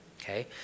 okay